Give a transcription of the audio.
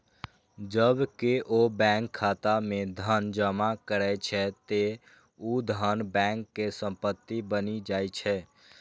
जब केओ बैंक खाता मे धन जमा करै छै, ते ऊ धन बैंक के संपत्ति बनि जाइ छै